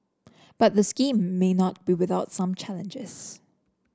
but the scheme may not be without some challenges